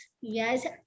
yes